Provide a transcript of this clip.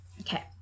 Okay